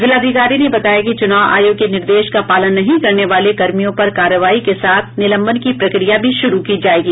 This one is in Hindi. जिलाधिकारी ने बताया कि चूनाव आयोग के निर्देश का पालन नहीं करने वाले कर्मियों पर करवाई के साथ निलंबन की प्रक्रिया भी शुरू की जाएगी